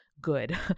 good